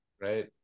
Right